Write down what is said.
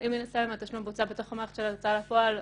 אם התשלום בוצע בתוך המערכת של ההוצאה לפועל,